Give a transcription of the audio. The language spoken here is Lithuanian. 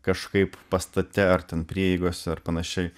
kažkaip pastate ar ten prieigos ar panašiai